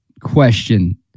question